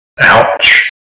Ouch